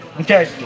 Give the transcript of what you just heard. Okay